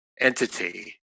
entity